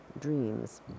dreams